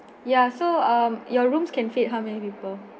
ya so uh your rooms can fit how many people